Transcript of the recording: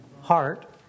heart